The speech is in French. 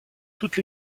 toutes